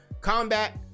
combat